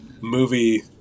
movie